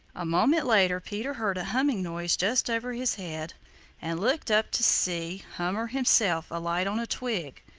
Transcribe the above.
a moment later peter heard a humming noise just over his head and looked up to see hummer himself alight on a twig,